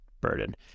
burden